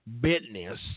business